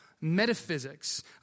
metaphysics